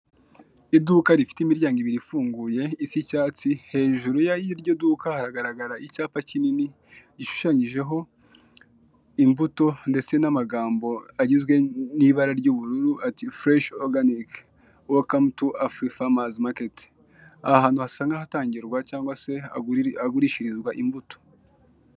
Iduka rifite imiryango ibiri ifunguye isa icyatsi, hejuru ya y'iryo duka haragaraga icyapa kinini, gishushanyijeho imbuto ndetse n'amagambo agizwe n'ibara ry'ubururu ati fureshi oruganike, welukamu tu afuri famazi maketi. Aha hantu hasa nk'ahatangirwa cyangwa se hagurishirizwa imbuto.